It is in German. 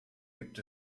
gibt